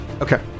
Okay